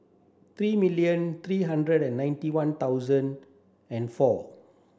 three million three hundred and ninety one thousand and four